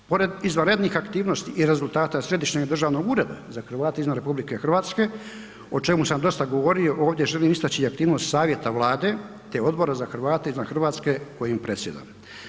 Pred izvanrednih aktivnosti i rezultata Središnjeg državnog ureda za Hrvate izvan RH o čemu sam dosta govorio ovdje želim istači i aktivnost savjeta Vlade, te Odbora za Hrvate izvan Hrvatske kojim predsjedam.